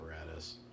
apparatus